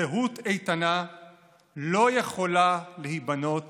זהות איתנה לא יכולה להיבנות